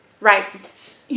Right